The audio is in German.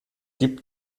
gibt